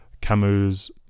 Camus